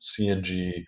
CNG